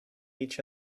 each